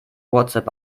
whatsapp